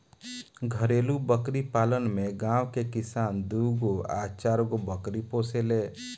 घरेलु बकरी पालन में गांव के किसान दूगो आ चारगो बकरी पोसेले